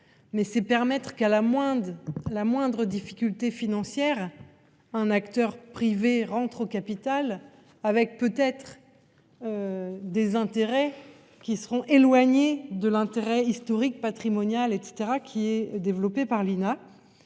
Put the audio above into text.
Mais c'est permettre qu'à la moindre, la moindre difficulté financière. Un acteur privé rentre au capital avec peut-être. Des intérêts qui seront éloignés de l'intérêt historique patrimonial et qui est développé par l'INA.